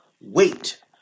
wait